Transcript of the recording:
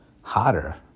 Hotter